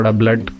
blood